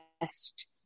best